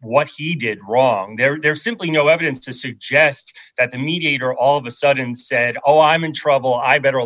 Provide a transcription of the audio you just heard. what he did wrong there's simply no evidence to suggest that the mediator all of a sudden said oh i'm in trouble i better